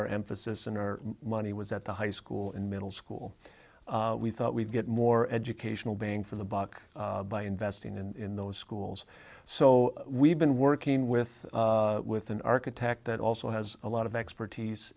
our emphasis and our money was at the high school in middle school we thought we'd get more educational bang for the buck by investing in those schools so we've been working with with an architect that also has a lot of expertise